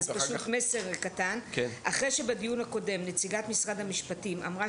אז פשוט מסר קטן: "אחרי שבדיון הקודם נציגת משרד המשפטים אמרה